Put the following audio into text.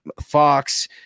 Fox